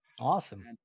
Awesome